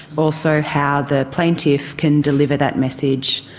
also how the plaintiff can deliver that message.